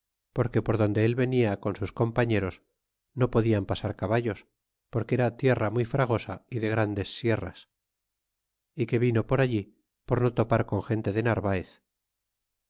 porque por donde él venia con sus compañeros no podian pasar caballos porque era tierra muy fragosa y de grandes sierras y que vino por allí por no topar con gente del narvaez